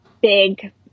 big